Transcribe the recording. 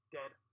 dead